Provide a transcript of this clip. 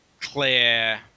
clear